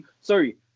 Sorry